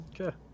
Okay